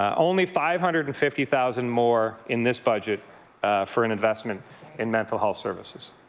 um only five hundred and fifty thousand more in this budget for an investment in mental health services,